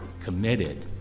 committed